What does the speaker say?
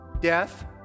death